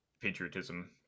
patriotism